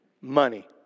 Money